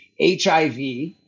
HIV